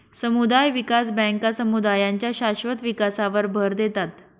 समुदाय विकास बँका समुदायांच्या शाश्वत विकासावर भर देतात